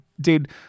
dude